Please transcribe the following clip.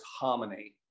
Harmony